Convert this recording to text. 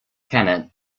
kennett